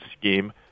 scheme